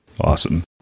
Awesome